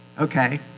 Okay